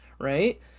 right